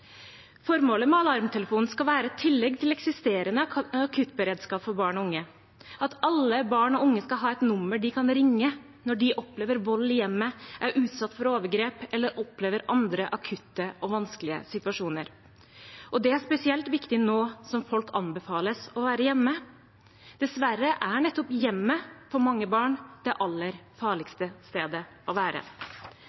Formålet med Alarmtelefonen skal være i tillegg til eksisterende akuttberedskap for barn og unge, slik at alle barn og unge skal ha et nummer de kan ringe når de opplever vold i hjemmet, er utsatt for overgrep eller opplever andre akutte og vanskelige situasjoner. Det er spesielt viktig nå som folk anbefales å være hjemme. Dessverre er nettopp hjemmet for mange barn det aller